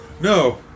No